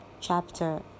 chapter